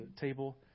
table